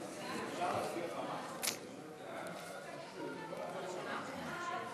ההצעה להעביר את הצעת חוק הסדרים במגזר החקלאי המשפחתי (תיקון